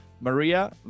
Maria